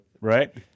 right